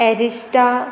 एरिस्टा